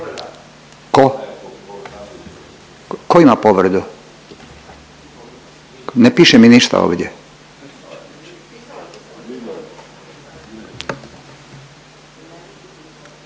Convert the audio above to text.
Ko ima povredu? Ne piše mi ništa ovdje.